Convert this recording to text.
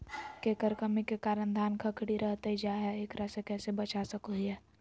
केकर कमी के कारण धान खखड़ी रहतई जा है, एकरा से कैसे बचा सको हियय?